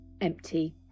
empty